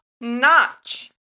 notch